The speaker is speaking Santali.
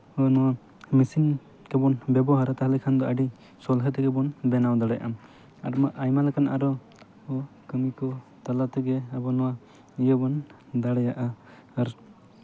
ᱦᱚᱸᱜᱼᱚ ᱱᱚᱣᱟ ᱢᱮᱥᱤᱱ ᱜᱮᱵᱚᱱ ᱵᱮᱵᱚᱦᱟᱨᱟ ᱛᱟᱦᱞᱮ ᱠᱷᱟᱱ ᱫᱚ ᱟᱹᱰᱤ ᱥᱚᱞᱦᱮ ᱛᱮᱜᱮ ᱵᱚᱱ ᱵᱮᱱᱟᱣ ᱫᱟᱲᱮᱭᱟᱜᱼᱟ ᱟᱵᱚᱣᱟᱜ ᱟᱨᱚ ᱟᱭᱢᱟ ᱞᱮᱠᱟᱱᱟᱜ ᱠᱟᱹᱢᱤ ᱠᱚ ᱛᱟᱞᱟ ᱛᱮᱜᱮ ᱟᱵᱚ ᱱᱚᱣᱟ ᱤᱭᱟᱹᱵᱚᱱ ᱫᱟᱲᱮᱭᱟᱜᱼᱟ ᱟᱨ